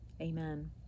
Amen